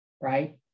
right